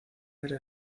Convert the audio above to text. era